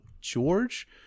George